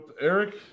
eric